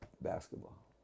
basketball